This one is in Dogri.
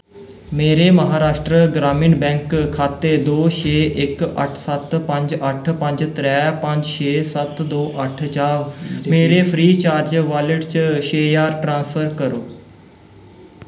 मेरे महाराश्ट्र ग्रामीण बैंक खाते दो छे इक अट्ठ सत्त पंज अट्ठ पंज त्रै पंज छे सत्त दो अट्ठ चा मेरे फ्री चार्ज वालेट च छे ज्हार ट्रांसफर करो